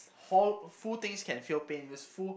hall full things can feel pain if it's full